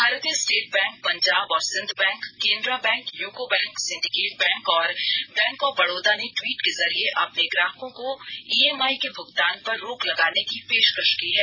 भारतीय state bank Punjab और Sindh bank Canara bank UCO bank syndicate bank और बैंक ऑफ बडोदा ने ट्वीट के जरिए अपने ग्राहकों को ईएमआई के भुगतान पर रोक लगाने की पेशकश की है